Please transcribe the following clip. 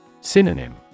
Synonym